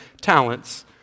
talents